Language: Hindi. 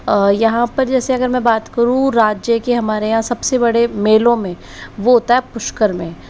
और यहाँ पर जैसे अगर मैं बात करूँ राज्य की हमारे यहाँ सब से बड़े मेलों में वो होता है पुष्कर में